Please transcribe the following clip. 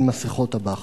אין מסכות אב"כ.